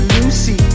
Lucy